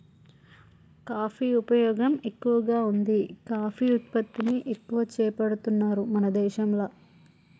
coffee ఉపయోగం ఎక్కువగా వుంది కాఫీ ఉత్పత్తిని ఎక్కువ చేపడుతున్నారు మన దేశంల